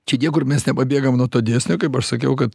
čia niekur mes nepabėgam nuo to dėsnio kaip aš sakiau kad